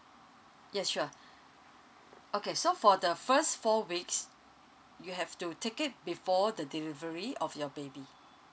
yes sure okay so for the first four weeks you have to take it before the delivery of your baby